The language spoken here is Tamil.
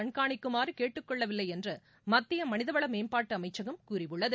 கண்காணிக்குமாறு கேட்டுக்கொள்ளவில்லை என்று மத்திய மனிதவள மேம்பாட்டு அமைச்சகம் கூறியுள்ளது